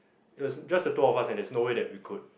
it was just the two of us and there's no way that we could